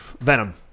Venom